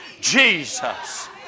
Jesus